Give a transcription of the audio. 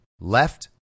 left